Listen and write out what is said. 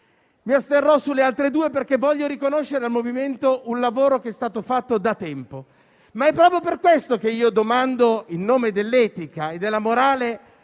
Mi asterrò sulle altre due perché voglio riconoscere al Movimento un lavoro che è stato fatto da tempo. È proprio per questo che domando, in nome dell'etica e della morale,